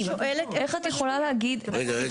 איך את יכולה להגיד --- רגע.